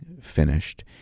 finished